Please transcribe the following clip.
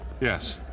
Yes